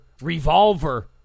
revolver